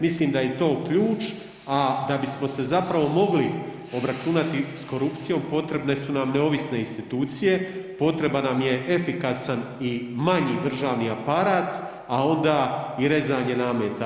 Mislim da je to ključ, a da bismo se zapravo mogli obračunati s korupcijom potrebne su nam neovisne institucije, potreban nam je efikasan i manji državni aparat, a onda i rezanje nameta.